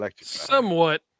somewhat